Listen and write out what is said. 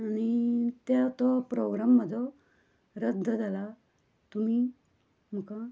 आनी त्या तो प्रोग्राम म्हजो रद्द जाला तुमी म्हाका